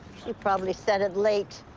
she probably sent it late.